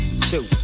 two